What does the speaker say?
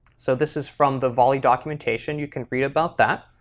so this is from the volley documentation. you can read about that.